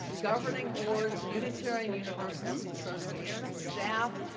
governing. boards, unitarian universalist association staff,